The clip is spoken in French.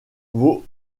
vos